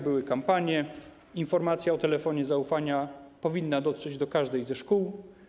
Były kampanie, informacja o telefonie zaufania powinna dotrzeć do każdej ze szkół.